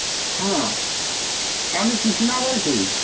হ্যাঁ আমি কৃষ্ণা বলছি